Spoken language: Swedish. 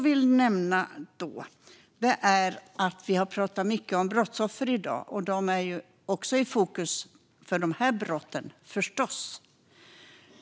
Vi har i dag pratat mycket om brottsoffer, och de är också i fokus i dessa brott.